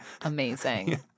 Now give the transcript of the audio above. amazing